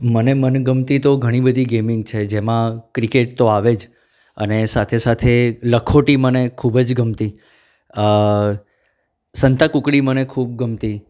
મને મનગમતી તો ઘણી બધી ગેમિંગ છે જેમાં ક્રિકેટ તો આવે જ અને સાથે સાથે લખોટી મને ખૂબ જ ગમતી સંતાકૂકડી મને ખૂબ ગમતી